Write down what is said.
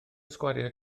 sgwariau